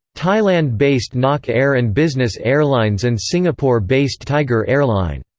thailand-based nok air and business airlines and singapore-based tiger airline.